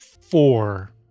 four